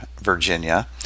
Virginia